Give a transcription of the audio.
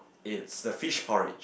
it's a fish porridge